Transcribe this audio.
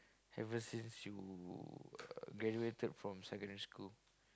ever since you uh graduated from secondary school